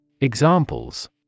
Examples